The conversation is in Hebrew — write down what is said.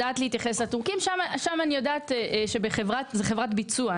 שם אני יודעת להגיד שזו חברת ביצוע,